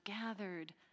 gathered